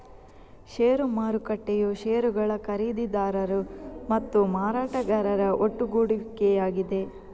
ಷೇರು ಮಾರುಕಟ್ಟೆಯು ಷೇರುಗಳ ಖರೀದಿದಾರರು ಮತ್ತು ಮಾರಾಟಗಾರರ ಒಟ್ಟುಗೂಡುವಿಕೆಯಾಗಿದೆ